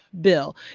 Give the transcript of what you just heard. bill